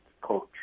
coach